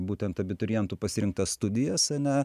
būtent abiturientų pasirinktas studijas ane